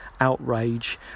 Outrage